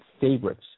favorites